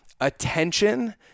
Attention